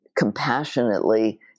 compassionately